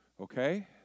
Okay